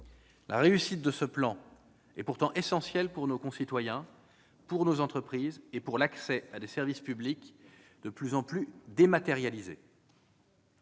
La réussite du plan est pourtant essentielle pour nos concitoyens, pour nos entreprises et pour l'accès à des services publics de plus en plus dématérialisés.